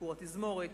"ביקור התזמורת",